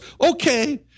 okay